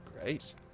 Great